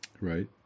Right